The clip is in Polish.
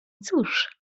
cóż